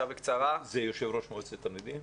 זה יושב ראש מועצת התלמידים?